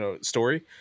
story